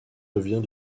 devient